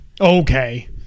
Okay